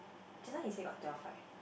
just now you said got twelve right